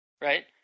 Right